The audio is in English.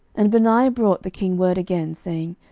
and benaiah brought the king word again, saying,